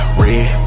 red